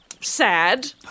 sad